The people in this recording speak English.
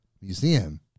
museum